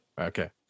Okay